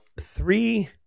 three